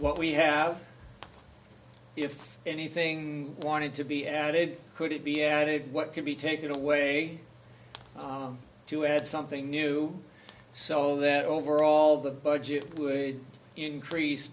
what we have if anything wanted to be added could it be added what could be taken away to add something new so that overall the budget would increase